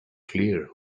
clear